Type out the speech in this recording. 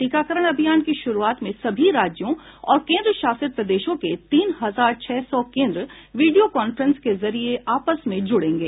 टीकाकरण अभियान की शुरूआत में सभी राज्यों और केन्द्रशासित प्रदेशों के तीन हजार छह सौ केन्द्र वीडियो कांफ्रेस के जरिये आपस में जुडेंगे